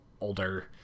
older